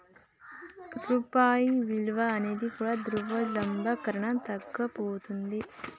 రూపాయి విలువ అనేది కూడా ద్రవ్యోల్బణం కారణంగా తగ్గిపోతది